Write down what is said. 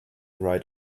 right